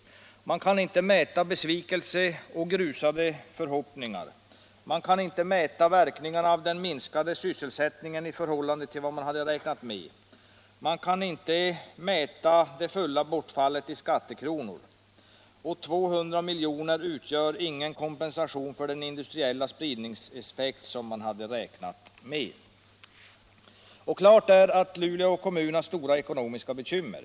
Man kan inte mäta besvikelse och grusade förhoppningar. Man kan inte mäta verkningarna av den minskade sysselsättningen i förhållande till vad man hade räknat med. Man kan inte mäta det reella bortfallet i skattekronor. 200 miljoner utgör heller ingen kompensation för den industriella spridningseffekt som man hade räknat med. Klart är att Luleå kommun har stora ekonomiska bekymmer.